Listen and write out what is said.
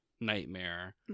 nightmare